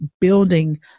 building